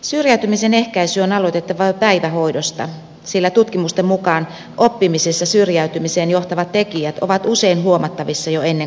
syrjäytymisen ehkäisy on aloitettava jo päivähoidosta sillä tutkimusten mukaan oppimisessa syrjäytymiseen johtavat tekijät ovat usein huomattavissa jo ennen kouluikää